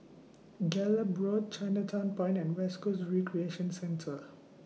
Gallop Road Chinatown Point and West Coast Recreation Centre